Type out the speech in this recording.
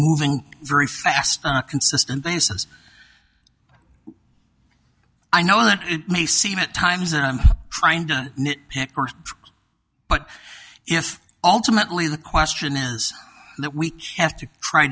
moving very fast consistent basis i know that it may seem at times that i'm trying to but if ultimately the question is that we have to try